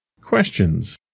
questions